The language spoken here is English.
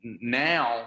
now